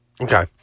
Okay